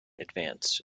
advance